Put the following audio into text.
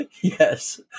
Yes